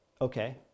Okay